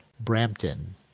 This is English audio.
Brampton